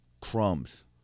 crumbs